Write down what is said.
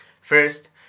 First